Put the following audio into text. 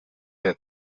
der